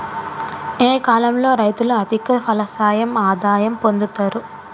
ఏ కాలం లో రైతులు అధిక ఫలసాయం ఆదాయం పొందుతరు?